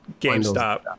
GameStop